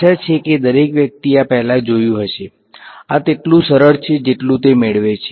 આશા છે કે દરેક વ્યક્તિએ આ પહેલા જોયું હશે આ તેટલું સરળ છે જેટલું તે મેળવે છે